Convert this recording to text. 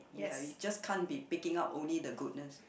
you are you just can't be picking up only the goodness